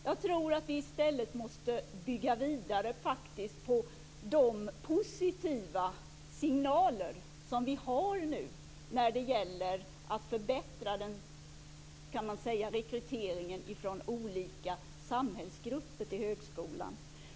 Jag tror att vi i stället måste bygga vidare på de positiva signaler som vi nu får när det gäller förbättrad rekrytering av olika samhällsgrupper till högskolan.